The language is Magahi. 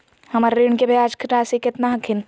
हमर ऋण के ब्याज रासी केतना हखिन?